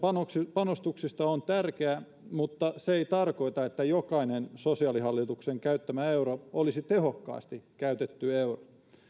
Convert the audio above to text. panostuksista on tärkeä mutta se ei tarkoita sitä että jokainen sosiaalihallituksen käyttämä euro olisi tehokkaasti käytetty euro